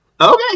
Okay